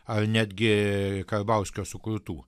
ar netgi karbauskio sukurtų